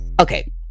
Okay